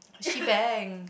She Bangs